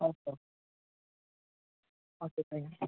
okay okay okay thank you